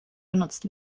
genutzt